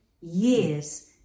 years